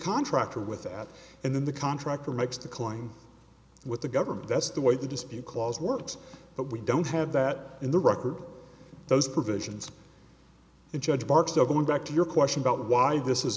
contractor with that and then the contractor makes the claim with the government that's the way the dispute clause works but we don't have that in the record those provisions judge barksdale going back to your question about why this is